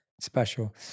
special